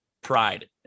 pride